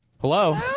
Hello